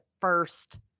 first